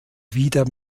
wieder